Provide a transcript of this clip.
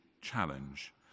challenge